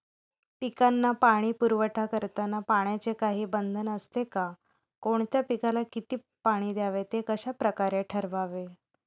पिकांना पाणी पुरवठा करताना पाण्याचे काही बंधन असते का? कोणत्या पिकाला किती पाणी द्यावे ते कशाप्रकारे ठरवावे?